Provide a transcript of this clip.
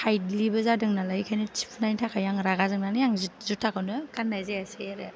ताइटलिबो जादों नालाय बेखायनो थिफुनायनि थाखाय आङो रागा जोंनानै आङो जुथाखौनो गाननाय जायासै आरो